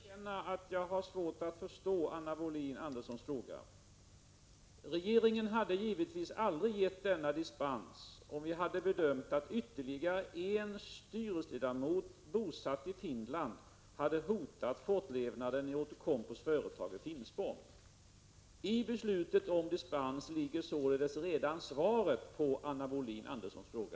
Herr talman! Jag måste erkänna att jag har svårt att förstå Anna Wohlin-Anderssons fråga. Regeringen hade givetvis aldrig gett denna dispens om vi hade bedömt att ytterligare en styrelseledamot bosatt i Finland hade hotat fortlevnaden av Outokumpus företag i Finspång. Redan i beslutet om dispens ligger således svaret på Anna Wohlin Anderssons fråga.